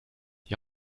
die